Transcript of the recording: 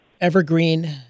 evergreen